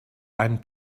einen